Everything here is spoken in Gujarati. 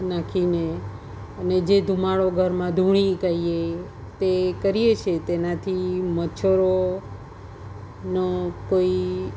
નાખીને અને જે ધૂમાડો ઘરમાં ધૂણી કહીએ તે કરીએ છીએ તેનાથી મચ્છરોનો કોઈ